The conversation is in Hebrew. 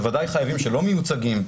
בוודאי חייבים שלא מיוצגים,